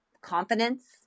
confidence